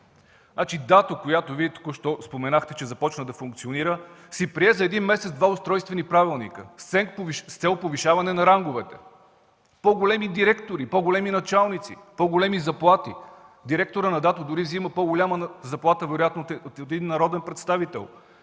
която току-що Вие споменахте, че започва да функционира, си прие за един месец два устройствени правилника с цел повишаване на ранговете – по-големи директори, по-големи началници, по-големи заплати. Директорът на ДАТО дори взима по-голяма заплата вероятно от един народен представител.